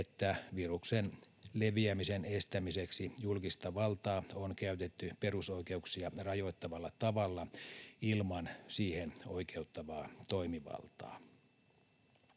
että viruksen leviämisen estämiseksi julkista valtaa on käytetty perusoikeuksia rajoittavalla tavalla ilman siihen oikeuttavaa toimivaltaa.